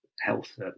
health